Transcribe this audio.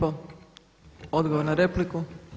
Odgovor na repliku.